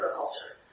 culture